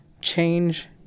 change